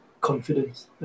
confidence